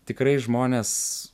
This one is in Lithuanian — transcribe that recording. tikrai žmonės